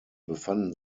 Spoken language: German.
befanden